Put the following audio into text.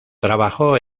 trabajó